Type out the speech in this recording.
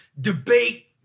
debate